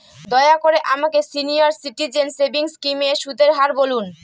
দয়া করে আমাকে সিনিয়র সিটিজেন সেভিংস স্কিমের সুদের হার বলুন